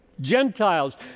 Gentiles